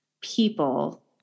people